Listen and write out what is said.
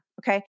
Okay